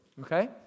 okay